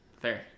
fair